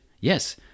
yes